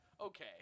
Okay